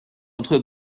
entre